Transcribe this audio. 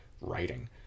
writing